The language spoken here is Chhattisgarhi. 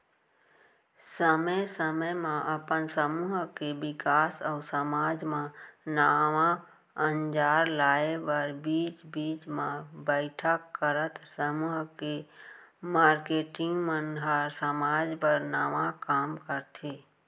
समे समे म अपन समूह के बिकास अउ समाज म नवा अंजार लाए बर बीच बीच म बइठक करत समूह के मारकेटिंग मन ह समाज बर नवा काम करथे